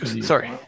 sorry